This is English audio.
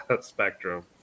spectrum